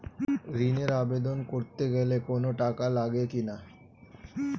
ঋণের আবেদন করতে গেলে কোন টাকা লাগে কিনা?